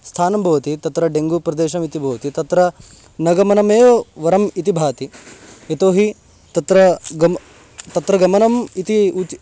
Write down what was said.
स्थानं भवति तत्र डेङ्गूप्रदेशमिति भवति तत्र न गमनमेव वरम् इति भाति यतो हि तत्र गं तत्र गमनम् इति उचि